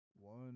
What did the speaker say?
One